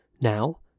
Now